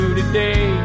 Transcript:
today